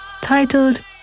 titled